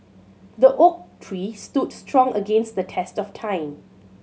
the oak tree stood strong against the test of time